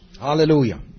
Hallelujah